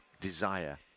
desire